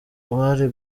bari